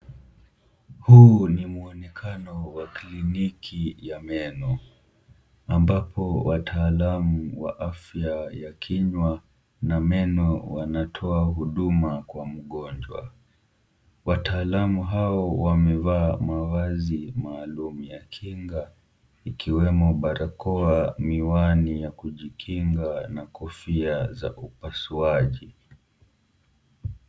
Huu ni muonekano wa kliniki ya meno ambapo wataalamu wa afya ya kinywa na meno wanatoa huduma kwa mgonjwa, wataalamu hao wamevaa mavazi maalum ya kinga ikiwemo; barakoa, miwani ya kujikinga na kofia za upasuaji.